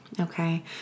Okay